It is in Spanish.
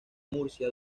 murcia